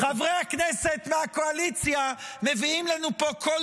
חברי הכנסת מהקואליציה מביאים לנו פה בכל